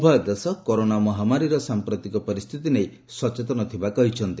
ଉଭୟ ଦେଶ କରୋନା ମହାମାରୀର ସାଂପ୍ରତିକ ପରିସ୍ଥିତି ନେଇ ସଚେତନ ଥିବା କହିଛନ୍ତି